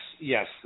yes